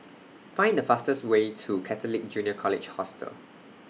Find The fastest Way to Catholic Junior College Hostel